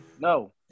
No